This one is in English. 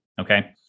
Okay